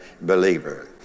believer